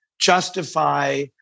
justify